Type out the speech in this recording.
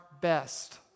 best